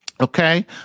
Okay